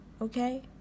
Okay